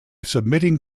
submitting